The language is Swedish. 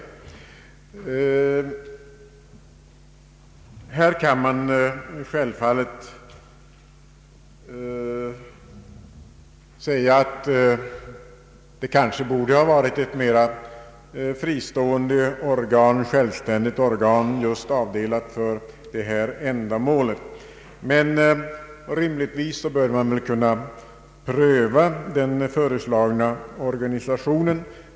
Självfallet kan man säga att det kanske borde ha varit ett mer självständigt organ avdelat för detta ändamål, men rimligtvis bör man kunna pröva den föreslagna organisationen.